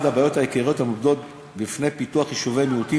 הבעיות העיקריות העומדות בפני פיתוח יישובי מיעוטים,